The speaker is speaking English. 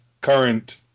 current